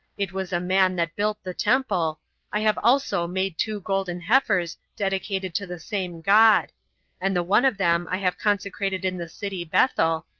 it was a man that built the temple i have also made two golden heifers, dedicated to the same god and the one of them i have consecrated in the city bethel,